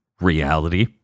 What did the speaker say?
reality